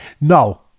No